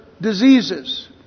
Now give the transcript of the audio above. diseases